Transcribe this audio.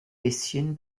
bisschen